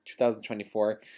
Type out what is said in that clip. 2024